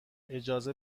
اجازه